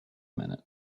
minute